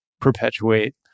perpetuate